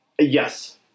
Yes